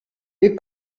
wir